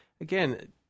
Again